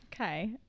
Okay